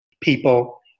people